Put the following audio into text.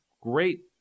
great